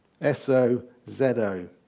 S-O-Z-O